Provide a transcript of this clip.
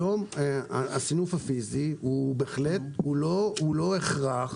היום הסינוף הפיזי הוא לא הכרח